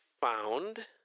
found